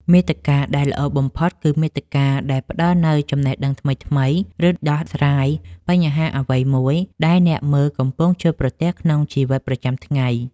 មាតិកាដែលល្អបំផុតគឺមាតិកាដែលផ្តល់នូវចំណេះដឹងថ្មីៗ ឬដោះស្រាយបញ្ហាអ្វីមួយដែលអ្នកមើលកំពុងជួបប្រទះក្នុងជីវិតប្រចាំថ្ងៃ។